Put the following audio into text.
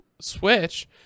Switch